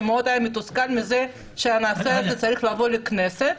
שהיה מתוסכל מאוד מזה שהנושא הזה צריך לבוא לכנסת.